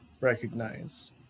recognize